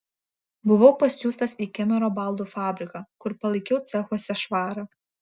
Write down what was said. buvau pasiųstas į kemero baldų fabriką kur palaikiau cechuose švarą